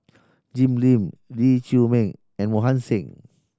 Jim Lim Lee Chiaw Meng and Mohan Singh